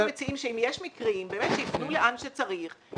אנחנו מציעים שאם יש מקרים, שיפנו לאן שצריך.